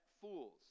fools